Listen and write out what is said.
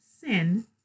sin